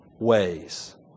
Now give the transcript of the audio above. ways